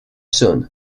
son